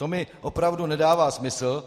To mi opravdu nedává smysl.